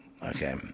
Okay